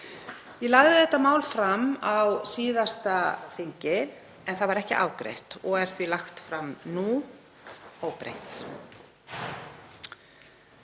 Ég lagði þetta mál fram á síðasta þingi en það var ekki afgreitt og er því lagt fram nú óbreytt.